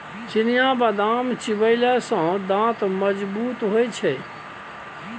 चिनियाबदाम चिबेले सँ दांत मजगूत होए छै